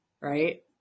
Right